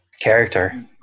character